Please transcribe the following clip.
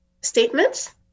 statements